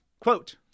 Quote